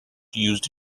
used